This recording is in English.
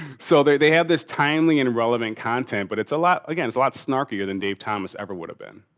so they they have this timely and relevant content, but it's a lot, again, it's a lot snarkier then dave thomas ever would have been.